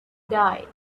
die